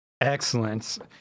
Excellent